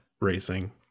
racing